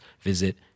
visit